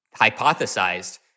hypothesized